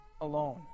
alone